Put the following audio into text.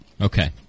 Okay